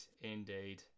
indeed